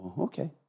okay